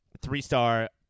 three-star